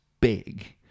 big